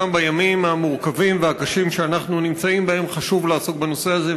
גם בימים המורכבים והקשים שאנחנו נמצאים בהם חשוב לעסוק בנושא הזה,